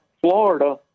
Florida